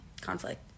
conflict